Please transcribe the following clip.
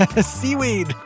Seaweed